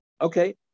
okay